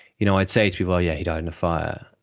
you know, i'd say to people, oh yeah, he died in a fire.